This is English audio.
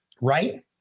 right